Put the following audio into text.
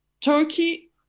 Turkey